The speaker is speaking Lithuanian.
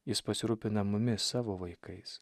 jis pasirūpina mumis savo vaikais